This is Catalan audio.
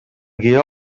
guió